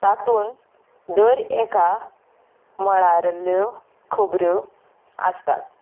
तातूंत दर एका मळावेल्यो खबऱ्यो आसतात